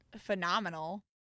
phenomenal